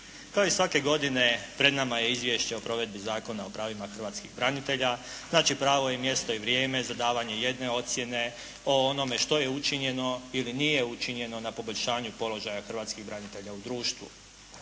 Kao i svake godine pred nama je Izvješće o provedbi Zakona o pravima hrvatskih branitelja. Znači, pravo i mjesto i vrijeme za davanje jedne ocjene o onome što je učinjeno ili nije učinjeno na poboljšanju položaja hrvatskih branitelja u društvu.